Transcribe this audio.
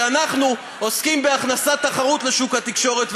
אנחנו עוסקים בהכנסת תחרות לשוק התקשורת,